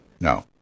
No